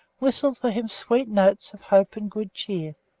whistled for him sweet notes of hope and good cheer